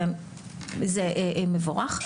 וזה מבורך.